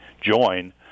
join